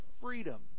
freedom